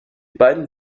beiden